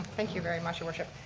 thank you very much your worship.